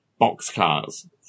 boxcars